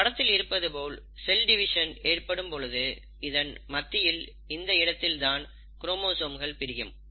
இந்த படத்தில் இருப்பது போல் செல் டிவிஷன் ஏற்படும்பொழுது இதன் மத்தியில் இந்த இடத்தில் தான் குரோமோசோம்கள் பிரியும்